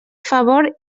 favor